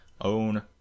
own